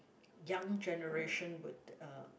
young generation would uh